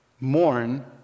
mourn